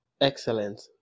Excellent